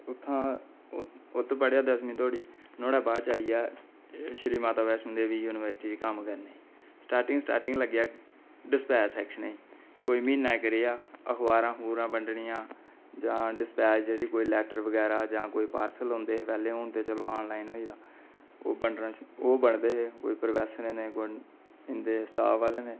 उत्थां उत्त पढ़ेआ दसमी तगर ओह्दे बाद आई गेआ श्री माता वैश्णो देवी यूनिवर्सटी कम्म करने गी स्टार्टिंग स्टार्टिंग लग्गेआ डिस्पैच सैक्शन च म्हीना इक रेहा अखबारां अखबूरां बङनिया जां जेह्डे कोई लैटर बगैरा डिस्पैच बगैरा हुन ते चलो आनॅलाईन होई दा ओह् बङडदे हे प्रोफैसरें दे इंदे स्टाफ आह्लें दे